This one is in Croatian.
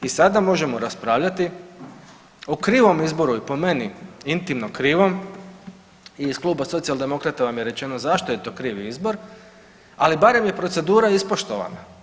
I sada možemo raspravljati o krivom izboru i po meni intimno krivom i iz Kluba Socijaldemokrata vam je rečeno zašto je to krivi izbor, ali barem je procedura ispoštovana.